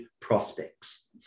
prospects